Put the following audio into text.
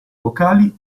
vocali